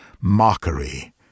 mockery